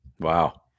Wow